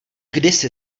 kdysi